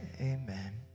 amen